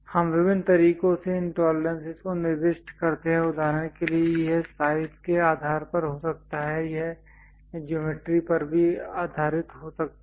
हम विभिन्न तरीकों से इन टॉलरेंसेस को निर्दिष्ट करते हैं उदाहरण के लिए यह साइज के आधार पर हो सकता है यह ज्योमेट्री पर भी आधारित हो सकता है